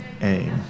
aim